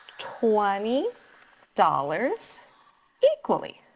twenty dollars equally.